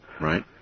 Right